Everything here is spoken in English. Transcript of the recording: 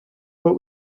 what